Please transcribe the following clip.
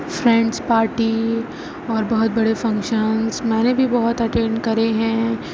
friends party اور بہت بڑے فنکشنس میں نے بھی بہت اٹینڈ کرے ہیں